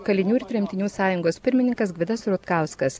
kalinių ir tremtinių sąjungos pirmininkas gvidas rutkauskas